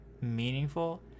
meaningful